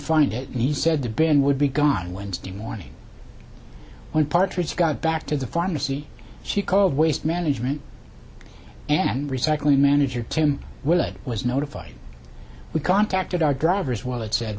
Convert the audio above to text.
find it and he said the band would be gone wednesday morning when partridge got back to the pharmacy she called waste management and recycling manager tim will it was notified we contacted our drivers well it said